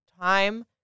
time